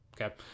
okay